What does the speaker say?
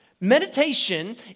Meditation